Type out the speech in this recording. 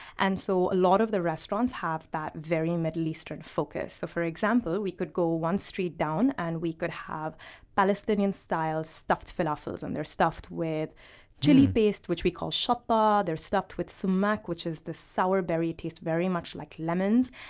and so a lot of the restaurants have that very middle eastern focus. so for example, we could go one street down and we could have palestinian-style stuffed falafels, and they're stuffed with chili paste, which we call shatta. ah they're stuffed with sumac, which is this sour berry that tastes very much like lemons,